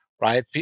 right